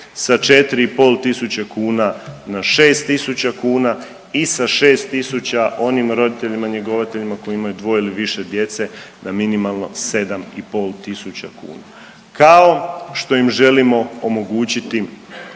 sa 4,5 tisuće kuna na 6 tisuća kuna i sa 6 tisuća onim roditeljima njegovateljima koji imaju 2 ili više djece na minimalno 7,5 tisuća kuna, kao što im želimo omogućiti